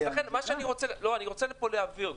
אני רוצה להבין,